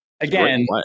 again